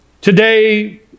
Today